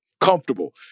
comfortable